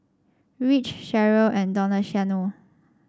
Rich Sheryll and Donaciano